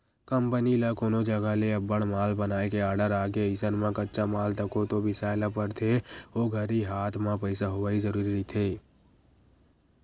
company ल कोनो जघा ले अब्बड़ माल बनाए के आरडर आगे अइसन म कच्चा माल तको तो बिसाय ल परथे ओ घरी हात म पइसा होवई जरुरी रहिथे